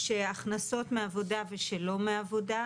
שהכנסות מעבודה ושלא מעבודה,